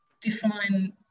define